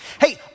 Hey